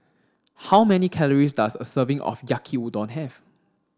how many calories does a serving of Yaki Udon have